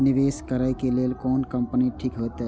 निवेश करे के लेल कोन कंपनी ठीक होते?